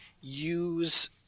use